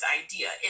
idea